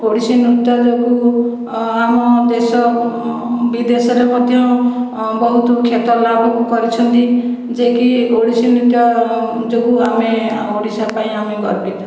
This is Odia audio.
ଓଡ଼ିଶୀ ନୃତ୍ୟ ଯୋଗୁଁ ଆମ ଦେଶ ବିଦେଶରେ ମଧ୍ୟ ବହୁତ ଖ୍ୟାତି ଲାଭ କରିଛନ୍ତି ଯିଏକି ଓଡ଼ିଶୀ ନୃତ୍ୟ ଯୋଗୁଁ ଆମେ ଓଡ଼ିଶା ପାଇଁ ଆମେ ଗର୍ବିତ